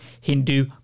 Hindu